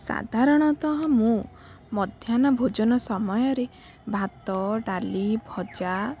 ସାଧାରଣତଃ ମୁଁ ମଧ୍ୟାହ୍ନ ଭୋଜନ ସମୟରେ ଭାତ ଡ଼ାଲି ଭଜା